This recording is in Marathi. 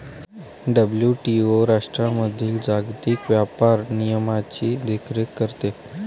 डब्ल्यू.टी.ओ राष्ट्रांमधील जागतिक व्यापार नियमांची देखरेख करते